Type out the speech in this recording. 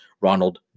Ronald